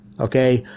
okay